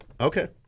Okay